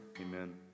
Amen